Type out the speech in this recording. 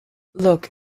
look